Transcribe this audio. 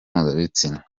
mpuzabitsina